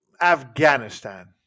Afghanistan